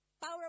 power